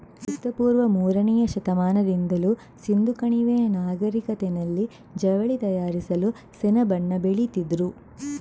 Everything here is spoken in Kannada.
ಕ್ರಿಸ್ತ ಪೂರ್ವ ಮೂರನೇ ಶತಮಾನದಿಂದಲೂ ಸಿಂಧೂ ಕಣಿವೆಯ ನಾಗರಿಕತೆನಲ್ಲಿ ಜವಳಿ ತಯಾರಿಸಲು ಸೆಣಬನ್ನ ಬೆಳೀತಿದ್ರು